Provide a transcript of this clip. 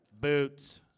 Boots